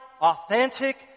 authentic